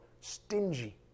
stingy